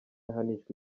ahanishwa